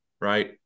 right